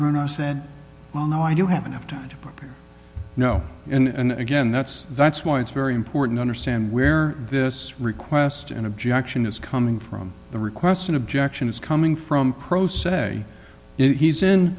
bruno said well no i don't have enough time to prepare you know and again that's that's why it's very important understand where this request and objection is coming from the request an objection is coming from pro se he's in